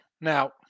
Now